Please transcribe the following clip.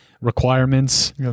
requirements